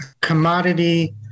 commodity